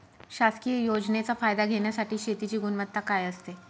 शासकीय योजनेचा फायदा घेण्यासाठी शेतीची गुणवत्ता काय असते?